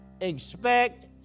expect